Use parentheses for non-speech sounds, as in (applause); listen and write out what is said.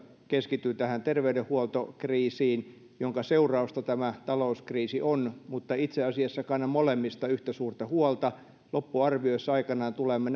keskityn tähän terveydenhuoltokriisiin jonka seurausta tämä talouskriisi on mutta itse asiassa kannan molemmista yhtä suurta huolta loppuarvioissa aikanaan tulemme (unintelligible)